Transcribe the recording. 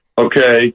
okay